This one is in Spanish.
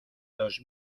dos